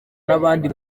n’abandi